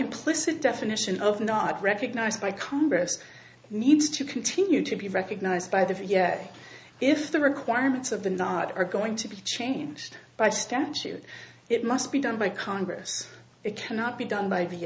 implicit definition of not recognized by congress needs to continue to be recognized by the way if the requirements of the are going to be changed by statute it must be done by congress it cannot be done by the